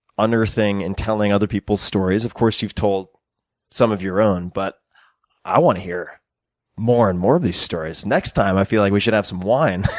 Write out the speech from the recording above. unearthing and telling other people's stories. of course you've told some of your own, but i want to hear more and more of these stories. next time i feel like we should have some wine.